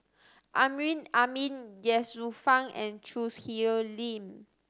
Amrin Amin Ye Shufang and Choo Hwee Lim